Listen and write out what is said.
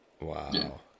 Wow